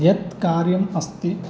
यत् कार्यम् अस्ति